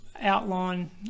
outline